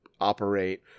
operate